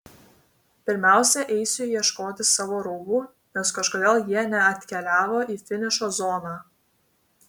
pirmiausia eisiu ieškoti savo rūbų nes kažkodėl jie neatkeliavo į finišo zoną